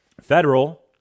federal